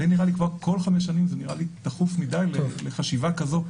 כל חמש שנים זה נראה לי תכוף מדי לחשיבה כזאת.